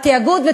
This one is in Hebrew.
על תאגוד.